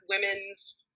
women's